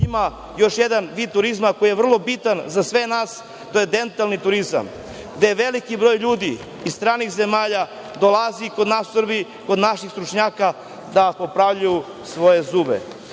Ima još jedan vid turizma koji je vrlo bitan za sve nas. To je dentalni turizam, gde veliki broj ljudi iz stranih zemalja dolazi kod nas u Srbiju, kod naših stručnjaka da popravljaju svoje zube.